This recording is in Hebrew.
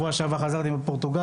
לנו את האפשרות לפעול כחוק.